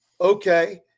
okay